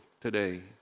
today